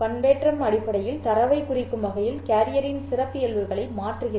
பண்பேற்றம் அடிப்படையில் தரவைக் குறிக்கும் வகையில் கேரியரின் சிறப்பியல்புகளை மாற்றுகிறது